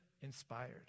inspired